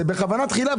זה בכוונה תחילה.